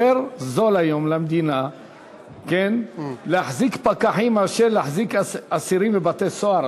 יותר זול היום למדינה להחזיק פקחים מאשר להחזיק אסירים בבתי-סוהר,